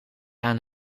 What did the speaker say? aan